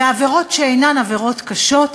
בעבירות שאינן עבירות קשות,